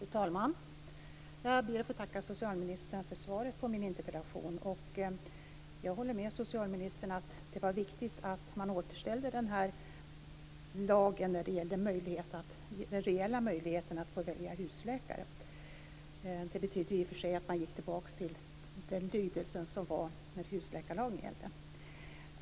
Fru talman! Jag ber att få tacka socialministern för svaret på min interpellation. Jag håller med socialministern om att det var viktigt att man återställde den reella möjligheten att få välja husläkare. Det betydde i och för sig att man gick tillbaka till den lydelse i husläkarlagen som gällde tidigare.